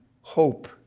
hope